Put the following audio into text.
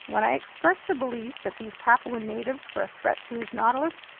when i expressed the belief that these papuan natives were a threat to his nautilus,